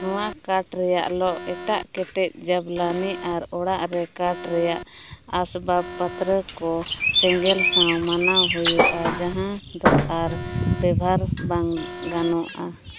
ᱱᱚᱣᱟ ᱠᱟᱴᱷ ᱨᱮᱭᱟᱜ ᱮᱴᱟᱜ ᱠᱮᱴᱮᱡ ᱡᱟᱵᱽᱞᱟᱱᱤ ᱟᱨ ᱚᱲᱟᱜ ᱨᱮ ᱠᱟᱴᱷ ᱨᱮᱭᱟᱜ ᱟᱥᱵᱟᱵ ᱯᱚᱛᱨᱚ ᱠᱚ ᱥᱮᱸᱜᱮᱞ ᱥᱟᱶ ᱢᱟᱱᱟᱣ ᱦᱩᱭᱩᱜᱼᱟ ᱡᱟᱦᱟᱸ ᱫᱚ ᱟᱨ ᱵᱮᱵᱷᱟᱨ ᱵᱟᱝ ᱜᱟᱱᱚᱜᱼᱟ